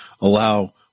allow